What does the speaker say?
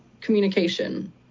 communication